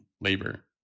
labor